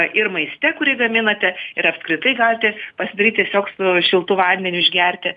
ir maiste kurį gaminate ir apskritai galite pasidaryt tiesiog su šiltu vandeniu išgerti